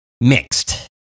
mixed